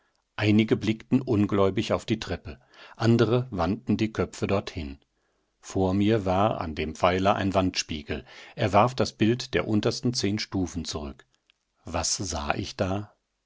einige blickten ungläubig auf die treppe andere wandten die köpfe dorthin vor mir war an dem pfeiler ein wandspiegel er warf das bild der untersten zehn stufen zurück was sah ich da